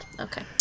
okay